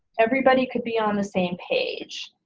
everybody could be on the same page.